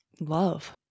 love